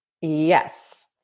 Yes